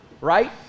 Right